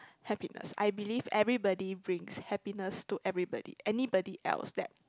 happiness I believe everybody brings happiness to everybody anybody else that